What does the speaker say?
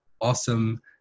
awesome